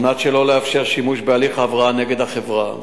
כדי שלא לאפשר שימוש בהליך ההבראה נגד החברה,